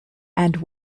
and